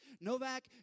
Novak